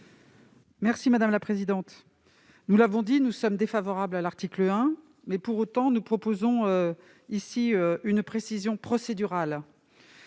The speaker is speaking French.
de La Gontrie. Nous l'avons dit, nous sommes défavorables à l'article 1 pour autant, nous proposons ici une précision procédurale